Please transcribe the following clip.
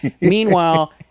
meanwhile